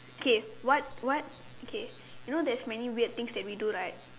okay what what okay you know there is many weird things that we do right